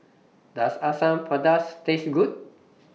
Does Asam Pedas Taste Good